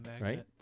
Right